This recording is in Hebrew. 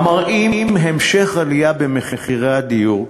המראים המשך עלייה במחירי הדיור,